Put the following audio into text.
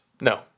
No